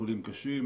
חולים קשים,